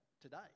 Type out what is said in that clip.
today